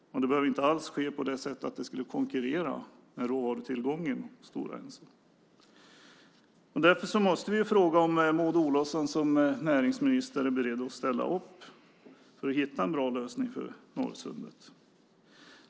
Det behöver inte alls ske på ett sådant sätt att det konkurrerar med råvarutillgången när det gäller Stora Enso. Därför måste vi fråga om Maud Olofsson som näringsminister är beredd att ställa upp här för att hitta en bra lösning för Norrsundet.